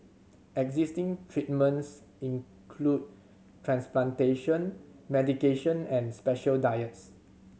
existing treatments include transplantation medication and special diets